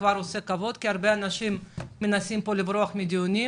כבר זה עושה כבוד כי הרבבה אנשים מנסים לברוח מדיונים.